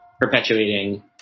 perpetuating